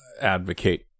advocate